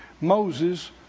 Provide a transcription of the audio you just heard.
Moses